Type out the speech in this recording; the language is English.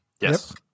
Yes